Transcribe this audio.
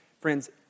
Friends